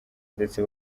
ndetse